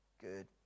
good